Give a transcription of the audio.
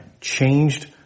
changed